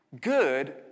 good